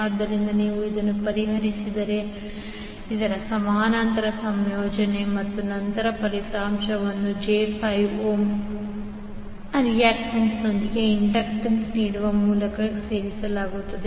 ಆದ್ದರಿಂದ ನೀವು ಇದನ್ನು ಪರಿಹರಿಸಿದರೆ ಇದರ ಸಮಾನಾಂತರ ಸಂಯೋಜನೆ ಮತ್ತು ನಂತರ ಫಲಿತಾಂಶವನ್ನು j5 ಓಮ್ ರಿಯಾಕ್ಟನ್ಸ್ನೊಂದಿಗೆ ಇಂಡಕ್ಟನ್ಸ್ ನೀಡುವ ಮೂಲಕ ಸೇರಿಸಲಾಗುತ್ತದೆ